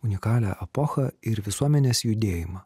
unikalią epochą ir visuomenės judėjimą